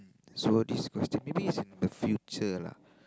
so this question maybe is in the future lah